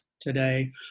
today